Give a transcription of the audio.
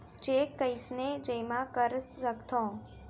Cheque कईसने जेमा कर सकथो?